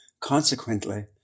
Consequently